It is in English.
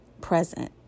present